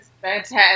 Fantastic